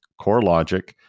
CoreLogic